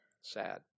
Sad